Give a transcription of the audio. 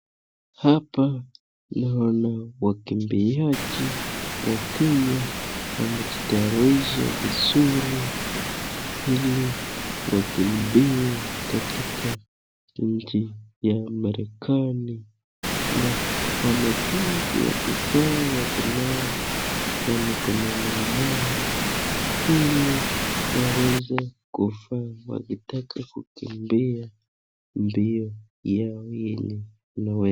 Hapa naona wakimbiaji wa Kenya wamejitayarisha vizuri ili wakimbie katika nchi ya Marekani. Na wametoa viatu zao wako nayo kwa mikono mwao ili waweze kuvaa wakitaka kukimbia mbio yao yenye.